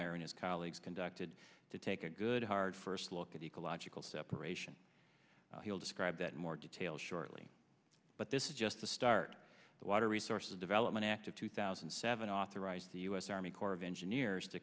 irenaeus colleagues conducted to take a good hard first look at ecological separation he'll describe that more detail shortly but this is just the start of the water resources development act of two thousand and seven authorized the us army corps of engineers to